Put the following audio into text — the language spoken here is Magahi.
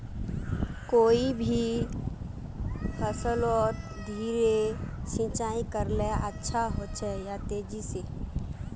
कोई भी फसलोत धीरे सिंचाई करले अच्छा होचे या तेजी से?